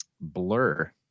Blur